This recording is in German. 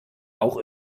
auch